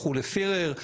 הלכו לפירר,